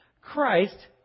Christ